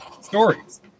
stories